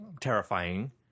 terrifying